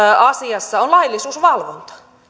asiassa on laillisuusvalvonta